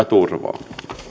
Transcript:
turvaa